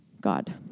God